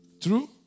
True